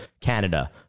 Canada